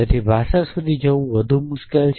તેથી ભાષા સુધી જવું વધુ મુશ્કેલ છે